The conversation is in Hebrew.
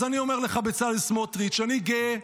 אז אני אומר לך, בצלאל סמוטריץ', אני גאה